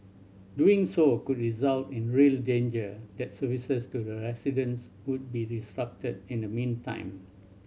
doing so could result in a real danger that services to the residents would be disrupted in the meantime